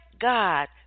God